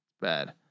bad